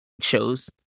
shows